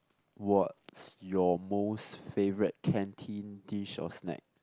what's your most favourite canteen dish or snack